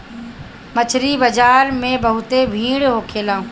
मछरी बाजार में बहुते भीड़ होखेला